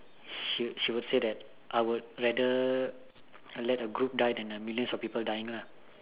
she she would say that I would rather let a group die than a millions of people dying lah